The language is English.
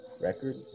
record